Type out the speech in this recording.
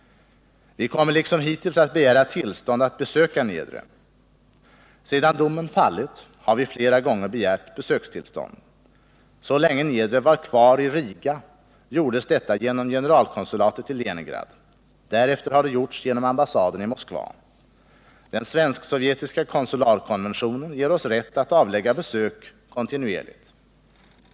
Vi kommer liksom hittills att begära tillstånd att besöka Niedre. Sedan domen fallit har vi flera gånger begärt besökstillstånd. Så länge Niedre var kvar i Riga gjordes detta genom generalkonsulatet i Leningrad. Därefter har det gjorts genom ambassaden i Moskava. Den svensk-sovjetiska konsularkonventionen ger oss rätt att avlägga besök kontinuerligt.